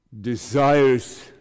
desires